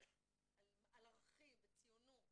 ערכים וציונות,